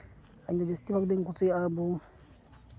ᱤᱧᱫᱚ ᱡᱟᱹᱥᱛᱤ ᱵᱷᱟᱜᱽ ᱫᱚᱧ ᱠᱩᱥᱤᱭᱟᱜᱼᱟ ᱟᱵᱩ